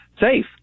safe